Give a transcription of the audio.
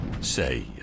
Say